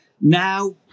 Now